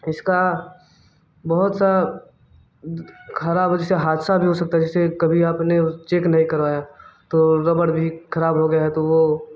इसका बहुत सा ख़राब हो जिससे हादसा भी हो सकता है जैसे कभी आपने वह चेक नहीं करवाया तो रबर भी ख़राब हो गया है तो वह